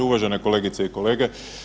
Uvaženi kolegice i kolege.